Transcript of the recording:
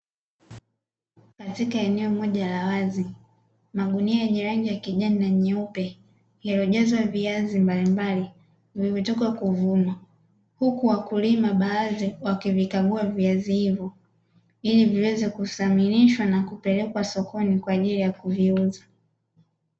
Katika eneo moja la wazi magunia yenye rangi ya kijani na nyeupe yaliyojazwa viazi mbalimbali vimetoka kuvuma. Huku wakulima baadhi wakivikagua viazi hivyo ili viweze kuthaminishwa na kupelekwa sokoni kwa ajili ya kuviuza.